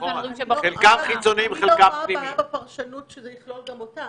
חלקם חיצוניים וחלקם פנימיים.